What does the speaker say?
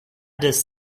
this